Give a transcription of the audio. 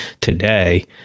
today